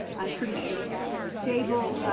i'm pretty sure stable